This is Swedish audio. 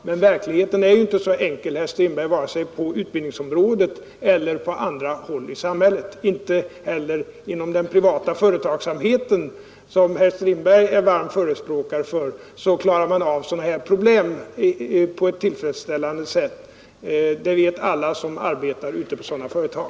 Men verkligheten är ju inte så enkel, herr Strindberg, vare sig på utbildningsområdet eller på andra håll i samhället. Inte heller inom den privata företagsamheten, som herr Strindberg är varm förespråkare för, klarar man av sådana här problem på ett tillfredsställande sätt. Det vet alla som arbetar ute på sådana företag.